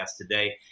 today